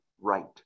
right